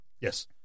Yes